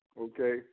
okay